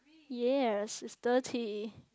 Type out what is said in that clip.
yes it is dirty